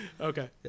Okay